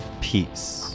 peace